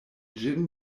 ĝin